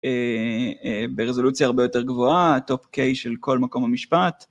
ברזולוציה הרבה יותר גבוהה, טופ קיי של כל מקום המשפט.